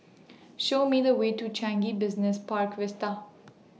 Show Me The Way to Changi Business Park Vista